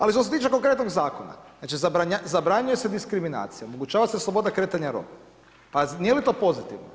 Ali što se tiče konkretnog zakona, znači, zabranjuje se diskriminacije, omogućava se sloboda kretanja Roma, pa nije li to pozitivno?